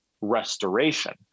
restoration